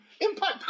Impact